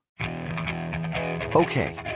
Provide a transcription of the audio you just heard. Okay